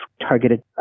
targeted